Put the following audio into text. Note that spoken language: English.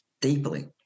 deeply